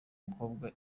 mukobwa